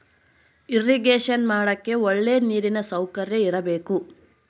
irrigation ಮಾಡಕ್ಕೆ ಒಳ್ಳೆ ನೀರಿನ ಸೌಕರ್ಯ ಇರಬೇಕು